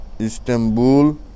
Istanbul